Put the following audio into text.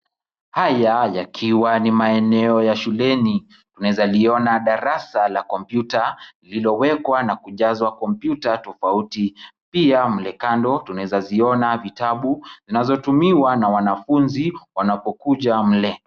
Haya yakiwa ni maeneo ya shuleni, unaweza liona darasa la kompyuta lililowekwa na kujazwa kompyuta tofauti. Pia mle kando tunaweza ziona vitabu zinazotumiwa na wanafunzi wanapokuja mle.